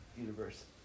universe